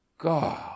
God